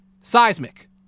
seismic